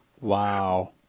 wow